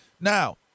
now